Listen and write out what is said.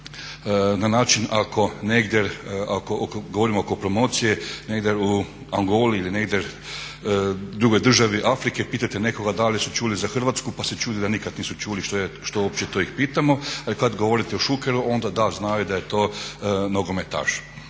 na način ako negdje, ako govorimo oko promocije, negdje u Angoliji ili negdje drugoj državi Afrike pitajte nekoga da li su čuli za Hrvatsku pa se čudimo da nikad nisu čuli što ih opće to pitamo, ali kad govorite o Šukeru onda da znaju da je to nogometaš.